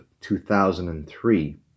2003